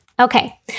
Okay